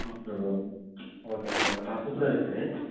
okay sir okay okay okay sir நான் supervisor